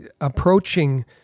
approaching